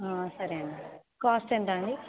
సరే అండి కాస్ట్ ఎంత అండి